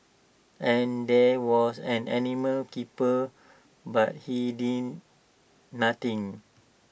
and there was an animal keeper but he did nothing